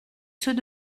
ceux